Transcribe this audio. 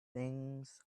things